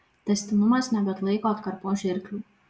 tęstinumas nebeatlaiko atkarpos žirklių